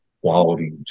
quality